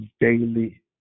daily